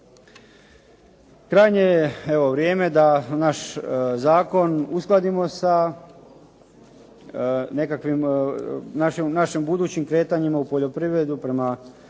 Krajnje je evo vrijeme da naš zakon uskladimo sa nekakvim našim budućim kretanjima u poljoprivredi prema